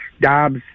Dobbs